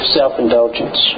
self-indulgence